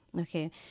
Okay